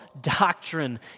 doctrine